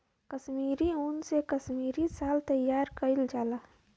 कसमीरी उन से कसमीरी साल तइयार कइल जाला